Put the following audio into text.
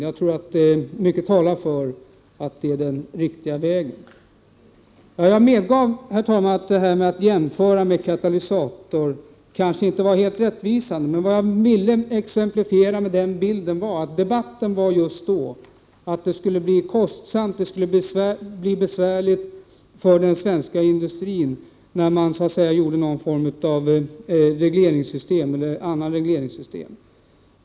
Jag tror att mycket talar för att det är den riktiga vägen att gå. Herr talman! Jag medger att jämförelsen med katalytisk avgasrening inte var helt rättvisande. Jag ville dock med den bilden exemplifiera att debatten just då handlade om att det skulle bli kostsamt och att det skulle bli besvärligt för den svenska industrin när man skulle införa ett annat regleringssystem.